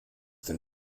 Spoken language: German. den